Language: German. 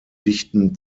dichten